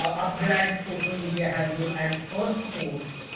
upgrad social media handle and firstpost.